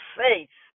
faith